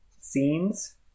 scenes